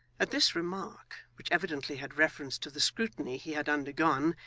at this remark, which evidently had reference to the scrutiny he had undergone,